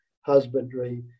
husbandry